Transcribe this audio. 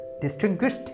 Distinguished